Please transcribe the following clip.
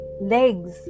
legs